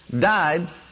died